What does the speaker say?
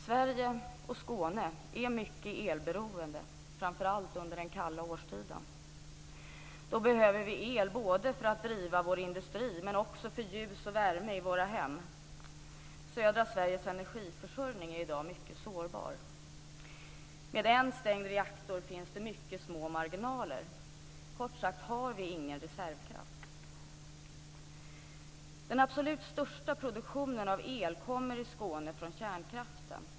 Sverige och Skåne är mycket elberoende, framför allt under den kalla årstiden. Då behöver vi el för att driva vår industri men också för att få ljus och värme i våra hem. Södra Sveriges energiförsörjning är i dag mycket sårbar. Med en stängd reaktor finns det mycket små marginaler. Kort sagt: Vi har ingen reservkraft. Den absolut största produktionen av el i Skåne kommer från kärnkraften.